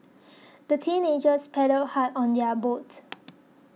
the teenagers paddled hard on their boat